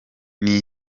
nti